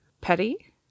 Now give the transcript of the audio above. Petty